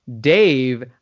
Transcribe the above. Dave